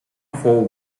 fou